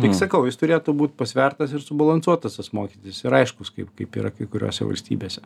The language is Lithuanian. tik sakau jis turėtų būt pasvertas ir subalansuotas tas mokestis ir aiškus kaip kaip yra kai kuriose valstybėse